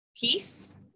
peace